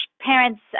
parents